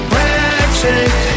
Brexit